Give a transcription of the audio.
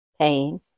pain